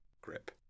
grip